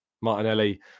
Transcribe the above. Martinelli